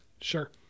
sure